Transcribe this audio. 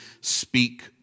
speak